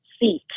seat